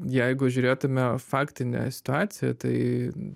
jeigu žiūrėtume faktinę situaciją tai